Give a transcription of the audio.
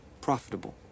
Profitable